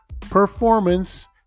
performance